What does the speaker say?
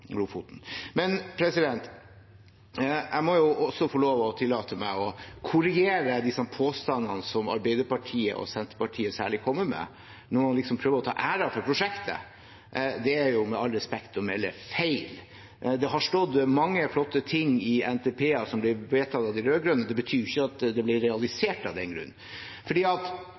Jeg må også få lov å tillate meg å korrigere disse påstandene som særlig Arbeiderpartiet og Senterpartiet kommer med, når noen liksom prøver å ta æren for prosjektet. Det er jo, med all respekt å melde, feil. Det har stått mange flotte ting i NTP-er som er blitt vedtatt av de rød-grønne, men det betyr ikke at det ble realisert av den grunn.